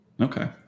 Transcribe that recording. Okay